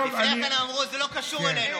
לפני כן אמרו: זה לא קשור אלינו.